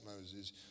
Moses